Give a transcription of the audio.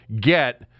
get